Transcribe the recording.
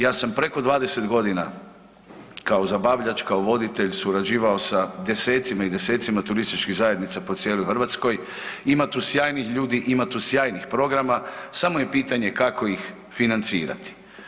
Ja sam preko 20.g. kao zabavljač, kao voditelj, surađivao sa desecima i desecima turističkih zajednica po cijeloj Hrvatskoj, ima tu sjajnih ljudi, ima tu sjajnih programa, samo je pitanje kako ih financirati.